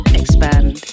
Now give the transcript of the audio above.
expand